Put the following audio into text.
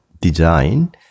design